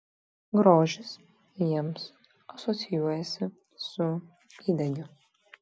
grožis jiems asocijuojasi su įdegiu